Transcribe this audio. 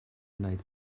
wneud